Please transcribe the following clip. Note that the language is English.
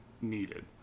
needed